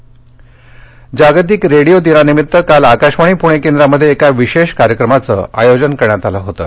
radio दिन जागतिक radio दिनानिमित्त काल आकाशवाणीच्या पुणे केंद्रामध्ये एका विशेष कार्यक्रमाचं आयोजन करण्यात आलं होतं